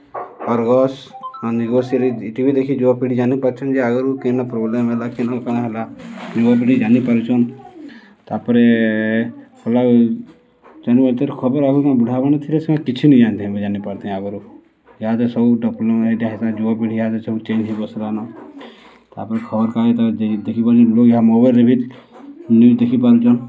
ଅର୍ଗଶ୍ ନିଗ series T V ଦେଖି ଯୁବପିଢ଼ି ଜାନିପାରୁଚନ୍ ଯେ ଆଗ୍ରୁ କେନ ପ୍ରୋବ୍ଲେମ୍ ହେଲା କେନ କଣା ହେଲା ଯୁବ ପିଢ଼ି ଜାନିପାରୁଚନ୍ ତାପରେ ଗଲା ଜାନିନି ପାରୁ ଭିତ୍ରେ ଖବର୍ ଆଗ୍ରୁ କଣ ବୁଢ଼ାମାନେ ଥିଲେ ସେମାନେ କିଛି ନେଇ ଜାନିଥାଇ ଜାଣିନାଇପାରୁଥାଇ ଆଗ୍ରୁ ଏହାଦେ ସବୁ ଟପ୍ଲୁ ଇଟା ହେଇଥିଲା ଯୁବପିଢ଼ି ସବୁ ଚେଞ୍ଜ୍ ହେଇ ବସ୍ଲାନ ତାପରେ ଖବରକାଗଜ୍ ତାପରେ ଦେଖିପାରୁଚନ୍ ଏହା ମୋବାଇଲ୍ରେ ବି ନ୍ୟୁଜ୍ ଦେଖିପାରୁଚନ୍